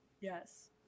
Yes